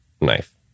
knife